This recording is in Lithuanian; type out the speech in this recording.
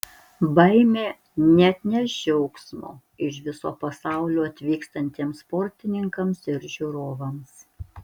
baimė neatneš džiaugsmo iš viso pasaulio atvykstantiems sportininkams ir žiūrovams